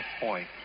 point